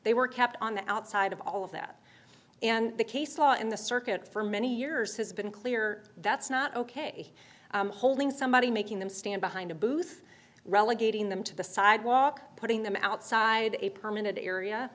they were kept on the outside of all of that and the case law in the circuit for many years has been clear that's not ok holding somebody making them stand behind a booth relegating them to the sidewalk putting them outside a permanent area